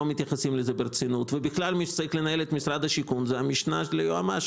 אולי גם תגידו שבכלל מי שצריך לנהל את משרד השיכון זה המשנה ליועמ"ש.